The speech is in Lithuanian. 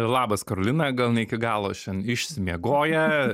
labas karolina gal ne iki galo šian išsimiegoję